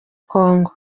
congo